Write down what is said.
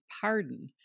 pardon